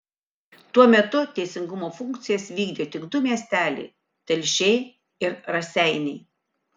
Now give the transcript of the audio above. tuo metu teisingumo funkcijas vykdė tik du miesteliai telšiai ir raseiniai